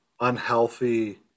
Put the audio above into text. unhealthy